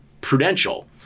Prudential